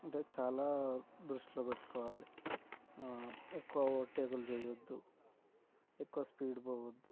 అంటే చాలా దృష్టిలో పెట్టుకోవాలి ఎక్కువ ఓవర్ టేక్లు చేయవద్దు ఎక్కువ స్పీడ్ పోవద్దు